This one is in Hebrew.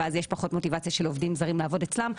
ואז יש פחות מוטיבציה של עובדים זרים לעבוד אצלם.